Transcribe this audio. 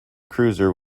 cruiser